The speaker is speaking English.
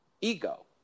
ego